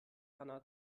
hanna